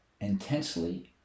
intensely